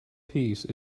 peace